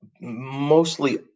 mostly